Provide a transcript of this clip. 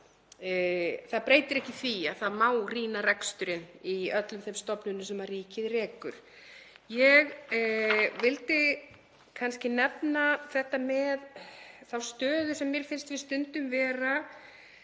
Það breytir ekki því að það má rýna reksturinn í öllum þeim stofnunum sem ríkið rekur. Ég vildi kannski nefna þetta með þá stöðu sem mér finnst við stundum vera